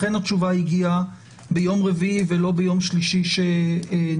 לכן התשובה הגיעה ביום רביעי ולא ביום שלישי שנקבע,